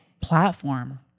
platform